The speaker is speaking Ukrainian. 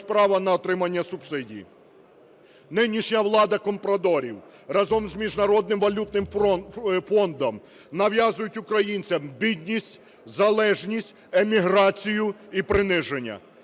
права на отримання субсидій. Нинішня влада компрадорів, разом з Міжнародним валютним фондом, нав'язують українцям бідність, залежність, еміграцію і приниження.